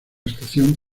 estación